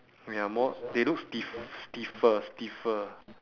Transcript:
ya more they look stiff~ stiffer stiffer